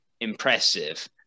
impressive